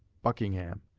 buckingham.